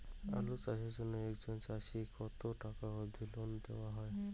আলু চাষের জন্য একজন চাষীক কতো টাকা অব্দি লোন দেওয়া হয়?